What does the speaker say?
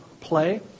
play